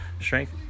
strength